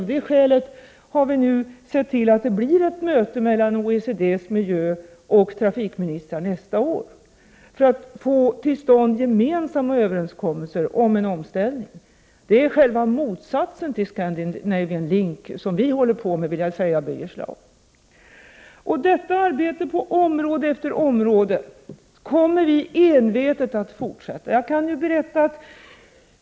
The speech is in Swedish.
Av det skälet har vi ju sett till att det blir ett möte mellan OECD:s miljöministrar och trafikministrar nästa år för att få till stånd gemensamma överenskommelser om en omställning. Det som vi håller på med är själva motsatsen till Scandinavian Link, Birger Schlaug! Detta arbete på område efter område kommer vi envetet att fortsätta med.